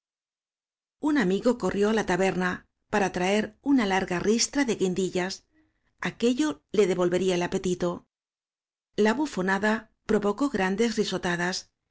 un amigo corrió á la taberna para traer una larga ristra de guindillas aquello le devolve ría el apetito la bufonada provocó grandes